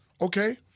Okay